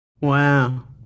Wow